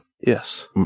Yes